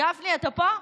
גפני אתה פה?